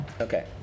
Okay